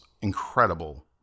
incredible